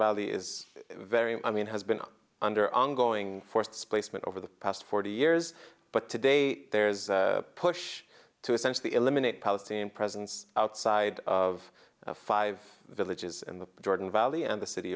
valley is very i mean has been under ongoing forests placement over the past forty years but today there's a push to essentially eliminate palestinian presence outside of five villages in the jordan valley and the city